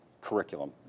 curriculum